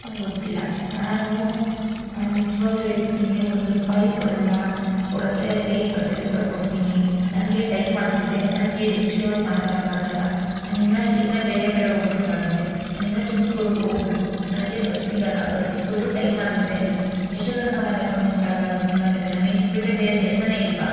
ನಂಗೆ ಗೊತ್ತಿಲ್ಲ ನಾನು ನಾನು ನಿಜವಾಗ್ಲೂ ಹೇಳ್ತಿದಿನಿ ಒಂದು ರೂಪಾಯೂ ಕೊಡಲ್ಲ ಕೊಡದೆ ಆದರೆ ಇಪ್ಪತ್ತೈದು ರೂಪಾಯಿ ಕೊಡ್ತೀನಿ ನನಗೆ ಟೈಮ್ ಆಗ್ತಿದೆ ನನಗೆ ಹೆಚ್ಗೆ ಹೊತ್ ಮಾತಾಡೋಕಾಗಲ್ಲ ನಾನು ಇನ್ನು ಇಲ್ಲಿಂದ ಬೇರೆ ಕಡೆಗೆ ಹೋಗ್ಬೇಕಾಗಿದೆ ನಾನು ಇನ್ನು ತುಮಕೂರುವರ್ಗೂ ಹೋಗ್ಬೇಕು ನನಗೆ ಬಸ್ ಸಿಗಲ್ಲ ಬಸ್ ಸಿಕ್ಕಿದ್ರೂ ಟೈಮ್ ಆಗುತ್ತೆ ಅಲ್ಲಿ ಎಷ್ಟೊತ್ತು ತನಕ ಮಾತಾಡ್ಕೊಂಡು ನಿಂತ್ಕೊಳ್ಳಕಾಗತ್ ನಿಮ್ಮತ್ತಿರ ನಮಗ್ ಇದು ಬಿಟ್ಟರೆ ಬೇರೆ ಕೆಲಸನೇ ಇಲ್ಲವಾ